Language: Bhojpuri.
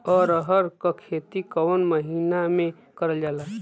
अरहर क खेती कवन महिना मे करल जाला?